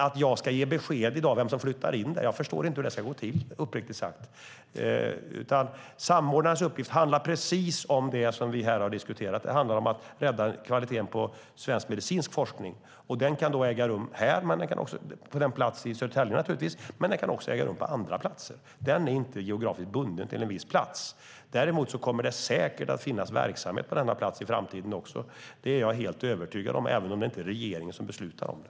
Att jag ska ge besked i dag om vem som flyttar in där förstår jag dock inte hur det ska gå till, uppriktigt sagt. Samordnarens uppgift handlar i stället om precis det vi här har diskuterat: Det handlar om att rädda kvaliteten på svensk medicinsk forskning. Den kan äga rum på denna plats i Södertälje, men den kan också äga rum på andra platser. Den är inte geografiskt bunden till en viss plats. Däremot kommer det säkert att finnas verksamhet på denna plats i framtiden också. Det är jag helt övertygad om, även om det inte är regeringen som beslutar om det.